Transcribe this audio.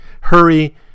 Hurry